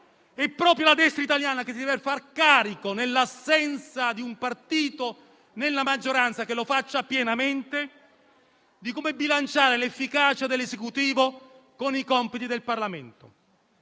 È proprio la destra italiana che deve farsi carico, nell'assenza di un partito della maggioranza che lo faccia pienamente, di bilanciare l'efficacia dell'Esecutivo con i compiti del Parlamento.